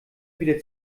wieder